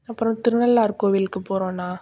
அப்றம் திருநள்ளாறு கோவிலுக்கு போகிறோண்ணா